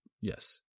yes